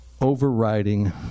Overriding